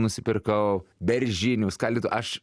nusipirkau beržinių skaldytų aš